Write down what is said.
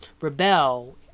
rebel